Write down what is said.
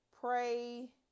pray